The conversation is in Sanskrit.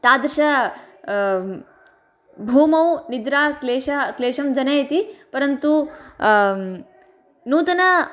तादृशभूमौ निद्रा क्लेश क्लेशं जनयति परन्तु नूतन